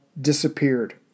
disappeared